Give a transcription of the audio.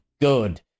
good